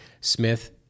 Smith